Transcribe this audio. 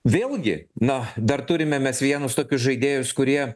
vėlgi na dar turime mes vienus tokius žaidėjus kurie